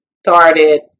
started